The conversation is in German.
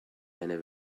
eine